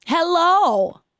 Hello